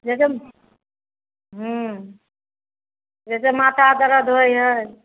जइसे ह्म्म जइसे माथा दर्द होइ हइ